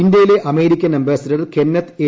ഇന്ത്യയിലെ American ambassador Kenneth I